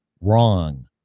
wrong